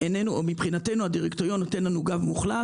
מבחינתנו, הדירקטוריון נותן לנו גב מוחלט.